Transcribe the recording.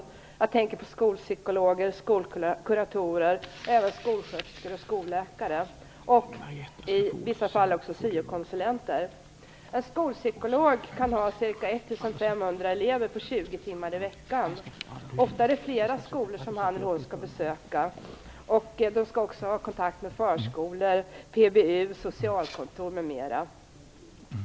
Jag tänker på skolpsykologer och skolkuratorer, men även skolsköterskor och skolläkare samt i vissa fall även syokonsulenter. En skolpsykolog kan ha ca 1 500 elever på 20 timmar i veckan. Ofta skall han eller hon besöka flera skolor. Skolpsykologen skall också ha kontakt med förskolor, PBU, socialkontor m.m.